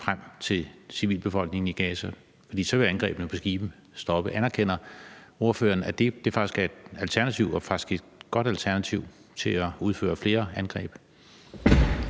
frem til civilbefolkningen i Gaza? For så vil angrebene på skibene stoppe. Anerkender ordføreren, at det faktisk er et alternativ og et godt alternativ til at udføre flere angreb?